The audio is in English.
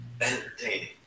entertaining